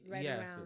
yes